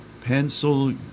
pencil